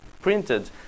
printed